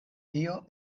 tio